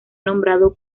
nombrado